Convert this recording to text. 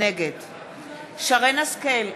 נגד שרן השכל,